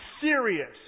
serious